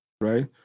right